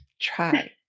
try